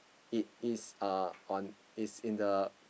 it is uh on is in the